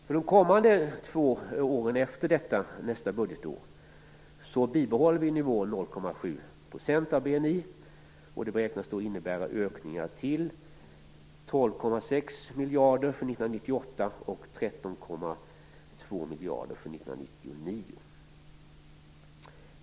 För de två kommande åren efter nästa budgetår bibehåller vi nivån 0,7 % av BNI. Det beräknas innebära ökningar till 12,6 miljarder kronor för 1998 och till 13,2 miljarder kronor för 1999.